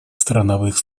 страновых